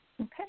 Okay